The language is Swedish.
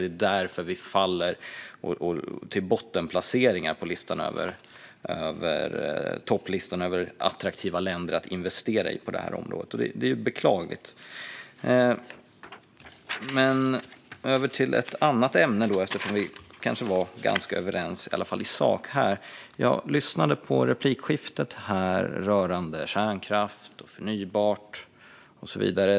Det är därför vi faller till bottenplaceringar på topplistan över attraktiva länder att investera i på detta område. Det är beklagligt. Men över till ett annat ämne, eftersom vi är ganska överens här, i alla fall i sak. Jag lyssnade till replikskiftet rörande kärnkraft, förnybart och så vidare.